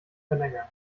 verlängern